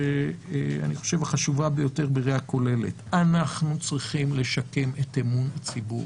ואני חושב החשובה ביותר בראיה כולל אנחנו צריכים לשקם את אמון הציבור.